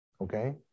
Okay